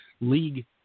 league